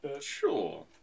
Sure